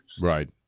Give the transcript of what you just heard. Right